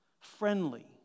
friendly